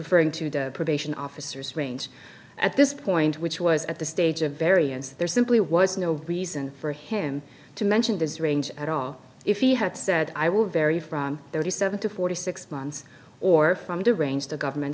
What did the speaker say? referring to the probation officers range at this point which was at the stage of variance there simply was no be reason for him to mention his range at all if he had said i will vary from thirty seven to forty six months or from the range the government